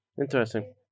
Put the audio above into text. Interesting